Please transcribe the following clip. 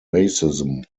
racism